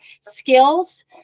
skills